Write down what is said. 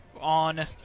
on